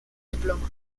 diploma